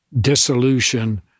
dissolution